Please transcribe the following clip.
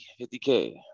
50K